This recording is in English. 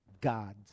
God's